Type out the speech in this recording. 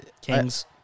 Kings